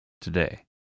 Today